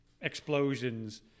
explosions